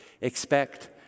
Expect